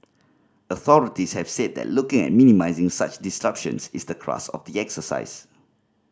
authorities have said that looking at minimising such disruptions is the crux of the exercise